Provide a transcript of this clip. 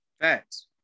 Thanks